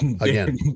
again